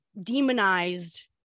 demonized